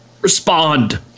respond